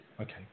Okay